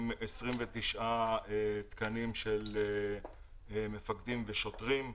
עם 29 תקנים של מפקדים ושוטרים.